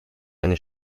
eine